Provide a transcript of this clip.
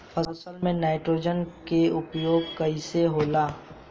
फसल में नाइट्रोजन के उपयोग कइसे होला?